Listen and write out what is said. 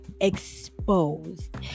exposed